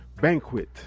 Banquet